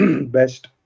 best